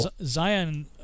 Zion